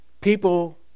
people